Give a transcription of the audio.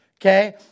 Okay